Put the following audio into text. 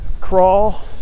crawl